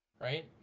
right